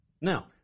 Now